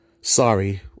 Sorry